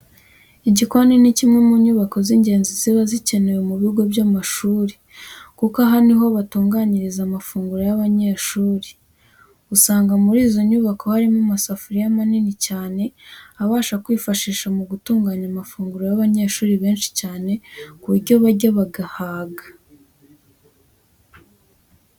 Igikoni ni kimwe mu nyubako z'ingenzi ziba zikenewe mu bigo by'amashuri kuko aha ni ho batunganyiriza amafunguro y'abanyeshuri. Usanga muri izo nyubako harimo amasafuriya manini cyane abasha kwifashisha mu gutunganya amafunguro y'abanyeshuri benshi cyane ku buryo barya bagahaga.